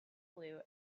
blue